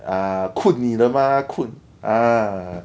ah 困你的吗困